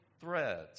threads